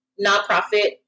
nonprofit